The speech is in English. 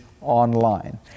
online